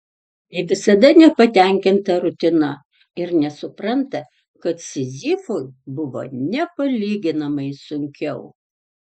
ji visada nepatenkinta rutina ir nesupranta kad sizifui buvo nepalyginamai sunkiau